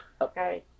Okay